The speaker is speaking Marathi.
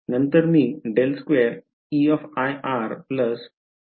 नंतर मी असे लिहितो आहे